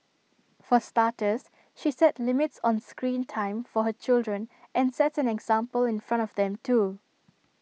for starters she set limits on screen time for her children and sets an example in front of them too